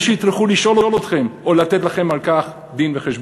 שיטרחו לשאול אתכם או לתת לכם על כך דין-וחשבון,